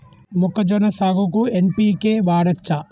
మొక్కజొన్న సాగుకు ఎన్.పి.కే వాడచ్చా?